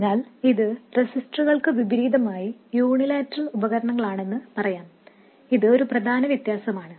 അതിനാൽ ഇത് റെസിസ്റ്ററുകൾക്ക് വിപരീതമായി യൂണിലാറ്ററൽ ഉപകരണങ്ങളാണ് എന്ന് പറയാം ഇത് ഒരു പ്രധാന വ്യത്യാസമാണ്